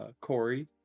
Corey